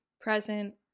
present